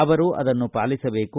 ಅವರು ಅದನ್ನು ಪಾಲಿಸಬೇಕು